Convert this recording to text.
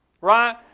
right